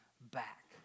back